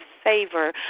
Favor